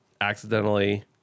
accidentally